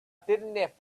didn’t